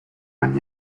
when